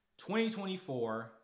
2024